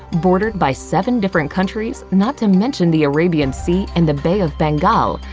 bordered by seven different countries, not to mention the arabian sea and the bay of bengal,